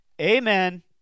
amen